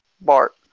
Bart